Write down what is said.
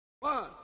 One